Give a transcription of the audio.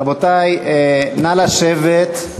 רבותי, נא לשבת,